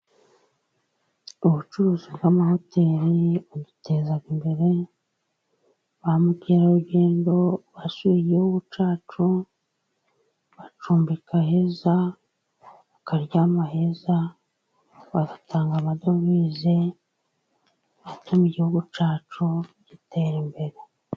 Ubucuruzi bw'amahoteri buduteza imbere, ba mukerarugendo basuye igihugu cyacu bacumbika heza, bakaryama heza bagatanga amadovize, atuma igihugu cyacu gitera imbere.